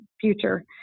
future